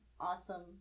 awesome